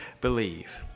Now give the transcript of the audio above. believe